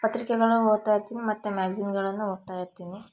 ಪತ್ರಿಕೆಗಳನ್ನು ಓದ್ತಾ ಇರ್ತೀನಿ ಮತ್ತು ಮ್ಯಾಗಝಿನ್ಗಳನ್ನು ಓದ್ತಾ ಇರ್ತೀನಿ